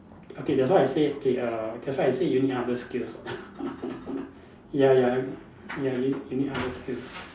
okay that's why I say okay err that's why I say you need other skills [what] ya ya ya you you need other skills